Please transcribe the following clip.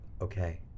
okay